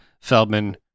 Feldman